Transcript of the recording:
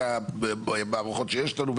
זה המערכות שיש לנו,